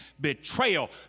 betrayal